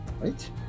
right